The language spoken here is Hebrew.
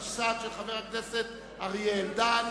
התשס”ט 2009, של חבר הכנסת אריה אלדד.